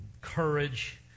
courage